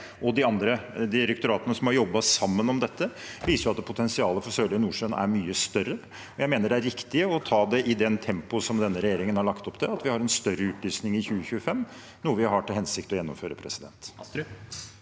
og de andre direktoratene som har jobbet sammen om dette, viser at potensialet for Sørlige Nordsjø er mye større. Jeg mener det er riktig å ta det i det tempoet som denne regjeringen har lagt opp til, og at vi har en større utlysning i 2025, noe vi har til hensikt å gjennomføre. Nikolai